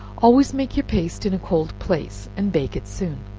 always make your paste in a cold place, and bake it soon.